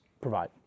provide